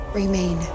remain